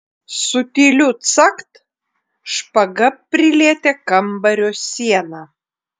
su tyliu cakt špaga prilietė kambario sieną